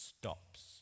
stops